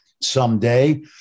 someday